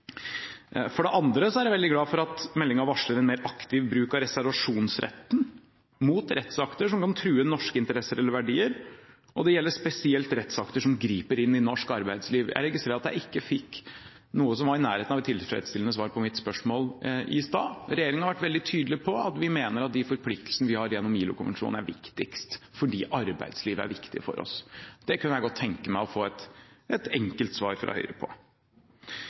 For det andre er jeg veldig glad for at meldingen varsler en mer aktiv bruk av reservasjonsretten mot rettsakter som kan true norske interesser eller verdier, og det gjelder spesielt rettsakter som griper inn i norsk arbeidsliv. Jeg registrerer at jeg ikke fikk noe som var i nærheten av et tilfredsstillende svar på mitt spørsmål i stad. Regjeringen har vært veldig tydelig på at vi mener at de forpliktelsene vi har gjennom ILO-konvensjonen, er viktigst, fordi arbeidslivet er viktig for oss. Det kunne jeg godt tenke meg å få et enkelt svar fra Høyre på.